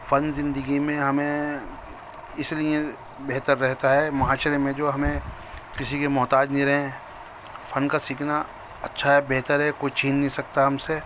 فن زندگی میں ہمیں اس لیے بہتر رہتا ہے معاشرے میں جو ہمیں کسی کے محتاج نہیں رہیں فن کا سیکھنا اچھا ہے بہتر ہے کوئی چھین نہیں سکتا ہم سے